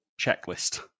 checklist